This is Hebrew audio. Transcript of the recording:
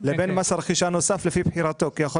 לבין מס הרכישה הנוסף לפי בחירתו כי יכול